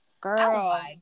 girl